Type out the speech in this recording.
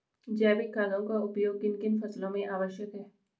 जैविक खादों का उपयोग किन किन फसलों में आवश्यक है?